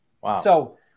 Wow